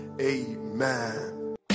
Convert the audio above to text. Amen